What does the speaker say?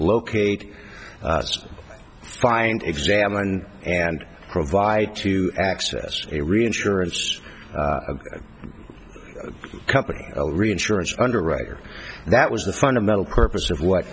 locate find examined and provide to access a reinsurance company reinsurance underwriter that was the fundamental purpose of what